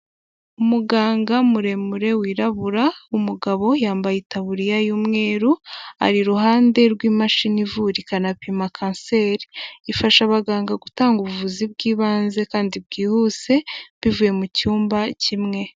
Umuganga muremure wirabura, umugabo yambaye itaburiya y'umweru ari iruhande rw'imashini ivura ikanapima Kanseri, ifasha abaganga gutanga ubuvuzi bw'ibanze kandi bwihuse bivuye mu cyumba kimwe.